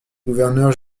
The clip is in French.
gouverneurs